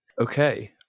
Okay